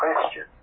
question